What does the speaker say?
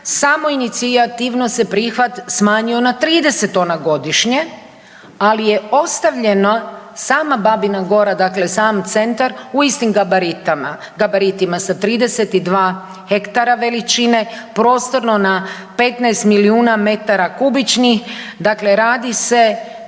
samoinicijativno se prihvat smanjio na 30.000 tona godišnje, ali je ostavljeno sama Babina Gora dakle sam centar u istim gabaritama, gabaritima sa 32 hektara veličine, prostorno na 15 milijuna m3, dakle radi se